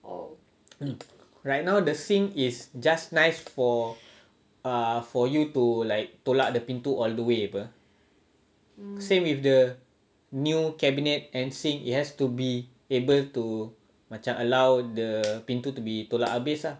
right now the sink is just nice for err for you to like tolak the pintu all the way apa same with the new cabinet and sink it has to be able to macam allow the pintu to be tolak habis ah